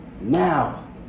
now